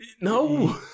No